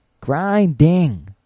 Grinding